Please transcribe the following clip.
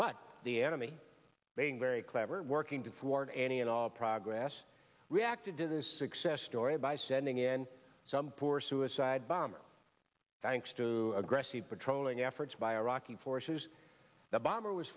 but the enemy being very clever and working toward any and all progress reacted to this success story by sending in some poor suicide bomber thanks to aggressive patrolling efforts by iraqi forces the bomber was